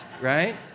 right